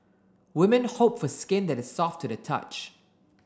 women hope for skin that is soft to the touch